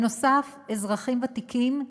נוסף על כך, אזרחים ותיקים,